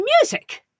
Music